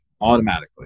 automatically